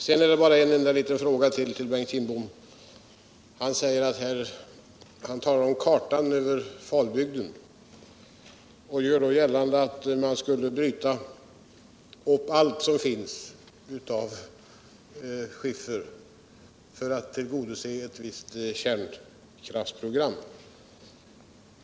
Sedan bara en fråga till Bengt Kindbom. Han talar om kartan över Falbygden och gör gällande att man skulle bryta allt vad som finns av skiffer för att tillgodose et visst kärnkrafitsprogram.